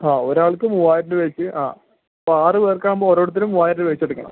ആ ഒരാൾക്ക് മൂവായിരം രൂപയ്ക്ക് ആ അപ്പം ആറ് പേർക്കാവുമ്പോൾ ഓരോരുത്തർ മൂവായിരം രൂപ വെച്ച് എടുക്കണം